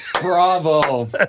Bravo